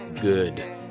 good